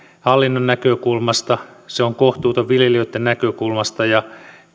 hallinnon näkökulmasta se on kohtuuton viljelijöitten näkökulmasta ja